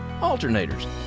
alternators